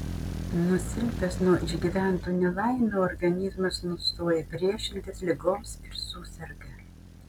nusilpęs nuo išgyventų nelaimių organizmas nustoja priešintis ligoms ir suserga